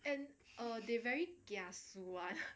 and err they very kiasu [one]